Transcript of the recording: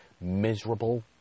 miserable